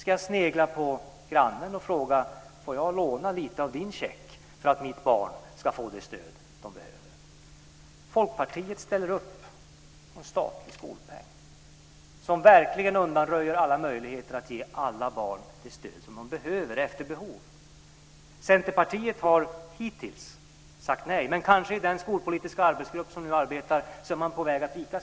Ska jag snegla på grannen och fråga om jag får låna lite av hans check, så att mitt barn får det stöd det behöver? Folkpartiet ställer upp på statlig skolpeng, som verkligen undanröjer alla möjligheter att ge alla barn det stöd som de behöver efter behov. Centerpartiet har hittills sagt nej, men kanske är man på väg att vika sig i den skolpolitiska arbetsgrupp som nu arbetar.